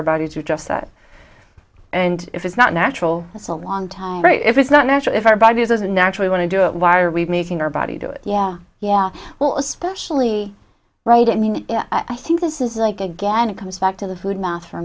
our body to just set and if it's not natural it's a long time right if it's not natural if our bodies as a naturally want to do it why are we making our body do it yeah yeah well especially right and i think this is like again it comes back to the food math for